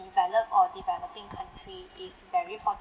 developed or developing country is very fortunate